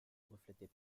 reflétait